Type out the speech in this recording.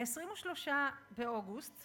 ב-23 באוגוסט